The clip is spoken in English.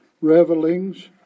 revelings